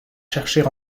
chercher